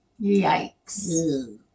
Yikes